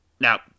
Now